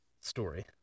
story